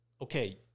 okay